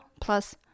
plus